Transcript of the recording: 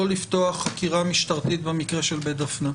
לפתוח חקירה משטרתית במקרה של בית דפנה?